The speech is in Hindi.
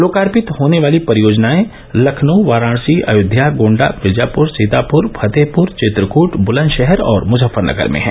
लोकार्पित होने वाली परियोजनाएं लखनऊ वाराणसी अयोध्या गोण्डा मिर्जाप्र सीतापुर फतेहपुर चित्रकूट बुलंदशहर और मुजफ्फरनगर में हैं